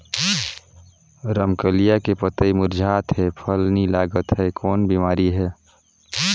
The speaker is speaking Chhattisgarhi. रमकलिया के पतई मुरझात हे फल नी लागत हे कौन बिमारी हे?